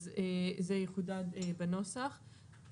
אז זה יחודד בנוסח.